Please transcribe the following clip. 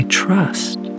trust